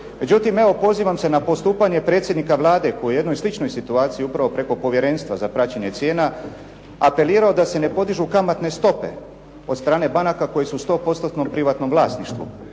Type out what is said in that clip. Međutim, evo pozivam se na postupanje predsjednika Vlade koji je u jednoj sličnoj situaciji, upravo preko Povjerenstva za praćenje cijena apelirao da se ne podižu kamatne stope od strane banaka koje su u sto postotnom privatnom vlasništvu,